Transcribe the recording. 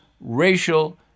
racial